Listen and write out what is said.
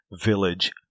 village